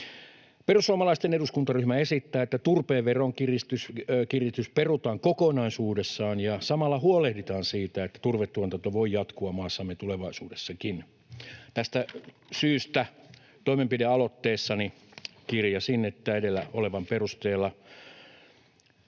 Perussuomalaisten eduskuntaryhmä esittää, että turpeen veronkiristys perutaan kokonaisuudessaan ja samalla huolehditaan siitä, että turvetuotanto voi jatkua maassamme tulevaisuudessakin. Tästä syystä toimenpidealoitteessani kirjasin seuraavaa: ”Edellä olevan perusteella